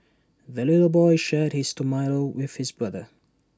the little boy shared his tomato with his brother